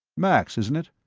max, isn't it?